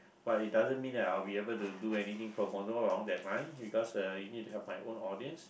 but it doesn't mean that I will be able to do anything pro bono along that line because uh you need to have my own audience